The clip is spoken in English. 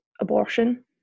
abortion